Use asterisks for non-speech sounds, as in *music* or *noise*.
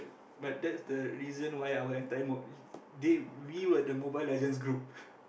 but that's the reason why our entire they we we were the Mobile-Legends group *laughs*